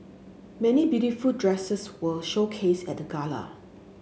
many beautiful dresses were showcased at the gala